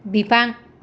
बिफां